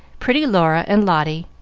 pretty laura and lotty,